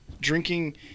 drinking